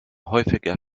häufiger